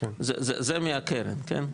זה מהקרן, כן?